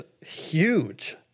huge